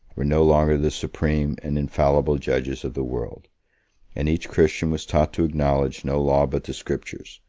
were no longer the supreme and infallible judges of the world and each christian was taught to acknowledge no law but the scriptures,